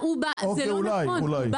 זה לא נכון,